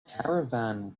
caravan